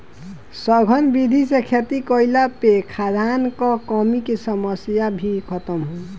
सघन विधि से खेती कईला पे खाद्यान कअ कमी के समस्या भी खतम होई